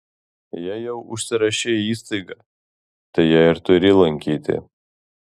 jei jau užsirašei į įstaigą tai ją ir turi lankyti